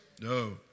No